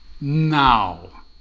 now